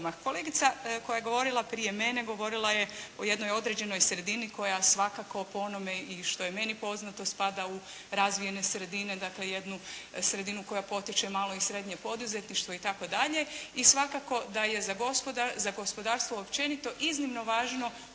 Kolegica koja je govorila prije mene, govorila je o jednoj određenoj sredini koja svakako po onome i što je meni poznato, spada u razvijene sredine, dakle jednu sredinu koja potiče malo i srednje poduzetništvo itd. i svakako da je za gospodarstvo općenito iznimno važno